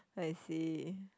I see